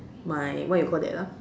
my what you call that ah